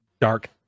dark